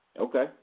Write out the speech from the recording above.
Okay